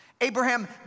Abraham